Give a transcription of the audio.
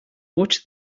watch